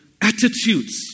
attitudes